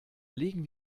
legen